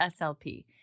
SLP